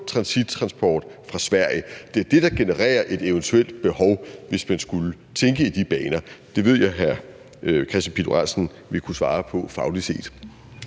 transittransport fra Sverige. Det er det, der genererer et eventuelt behov, hvis man skulle tænke i de baner. Det ved jeg at hr. Kristian Pihl Lorentzen vil kunne svare på fagligt set.